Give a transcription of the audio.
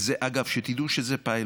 וזה, אגב, שתדעו, זה פיילוט.